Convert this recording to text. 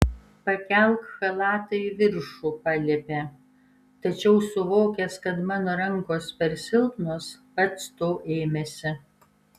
pakelk chalatą į viršų paliepė tačiau suvokęs kad mano rankos per silpnos pats to ėmėsi